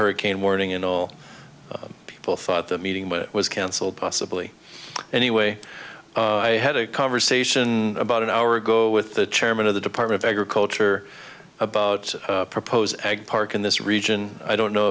hurricane warning and all people thought the meeting was canceled possibly anyway i had a conversation about an hour ago with the chairman of the department of agriculture about propose ag park in this region i don't know